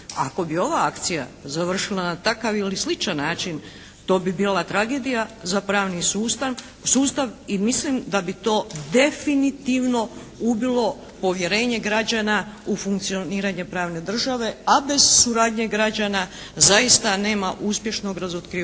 Ako bi ova akcija završila na takav ili sličan način to bi bila tragedija za pravni sustav i mislim da bi to definitivno ubilo povjerenje građana u funkcioniranje pravne države, a bez suradnje građana zaista nema uspješnog razotkrivanja